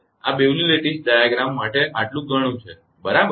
આ Bewley's lattice diagram માટે આટલું ઘણું છે બરાબર